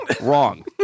wrong